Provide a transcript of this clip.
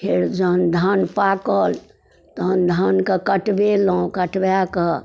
फेर जहन धान पाकल तहन धानके कटबेलहुँ कटबाकऽ